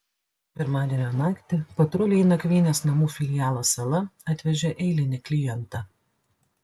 pirmadienio naktį patruliai į nakvynės namų filialą sala atvežė eilinį klientą